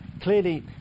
clearly